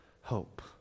hope